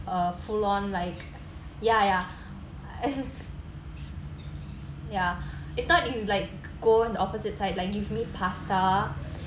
a full on like ya ya ya it's not if you like go in the opposite side like give me pasta